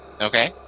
Okay